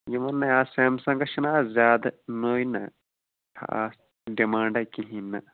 یِمن نےَ اَز سیمسَنٛگَس چھِناہ اَز زیادٕ نٔے نا خاص ڈِیمانٛڈا کِہیٖنٛۍ نہَ